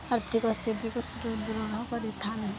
ଆର୍ଥିକ ସ୍ଥିତିିକୁ ସୁଦୃଢ଼ କରିଥାନ୍ତି